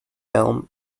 elm